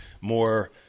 more